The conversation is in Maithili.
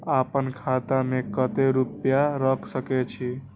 आपन खाता में केते रूपया रख सके छी?